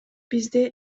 бизде